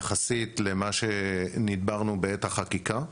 יחסית למה שדיברנו בעת החקיקה.